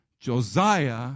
Josiah